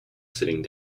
sitting